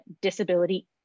disability